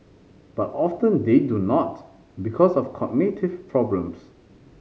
but often they do not because of cognitive problems